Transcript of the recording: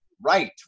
right